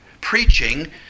Preaching